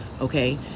okay